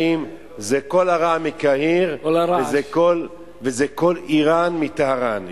זה קול הרע מקהיר, וזה קול אירן מטהרן.